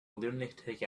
lunatic